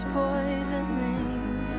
poisoning